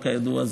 כידוע,